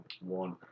one